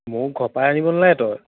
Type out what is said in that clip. মোক ঘৰ পৰা আনিব নালাগে তই